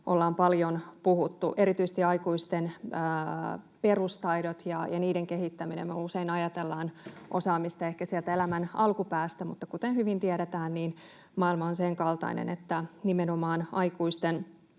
ollaan paljon puhuttu, erityisesti aikuisten perustaitoja ja niiden kehittämistä. Me usein ajatellaan osaamista ehkä sieltä elämän alkupäästä, mutta kuten hyvin tiedetään, niin maailma on senkaltainen, että nimenomaan aikuisten